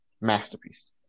masterpiece